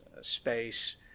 space